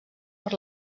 per